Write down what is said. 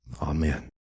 amen